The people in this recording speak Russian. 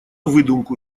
выдумку